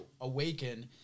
awaken